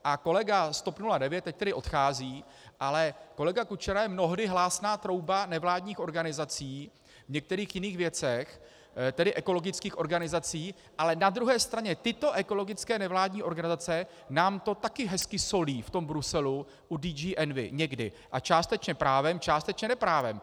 A kolega z TOP 09 teď odchází, ale kolega Kučera je mnohdy hlásná trouba nevládních organizací v některých jiných věcech, tedy ekologických organizací, ale na druhé straně tyto ekologické nevládní organizace nám to taky hezky solí v Bruselu u DG Envi někdy, a částečně právem, částečně neprávem.